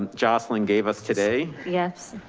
and jocelyn gave us today. yes.